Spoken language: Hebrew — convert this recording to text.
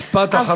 משפט אחרון.